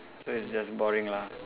so it's just boring lah